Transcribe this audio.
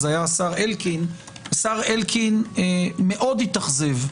זה היה השר אלקין השר אלקין מאוד התאכזב לגלות,